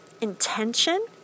intention